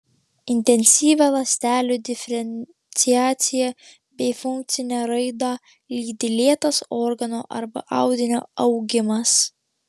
intensyvią ląstelių diferenciaciją bei funkcinę raidą lydi lėtas organo arba audinio augimas